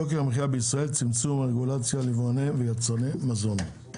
יוקר המחיה בישראל צמצום הרגולציה על יבואני ויצרני מזון.